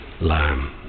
lamb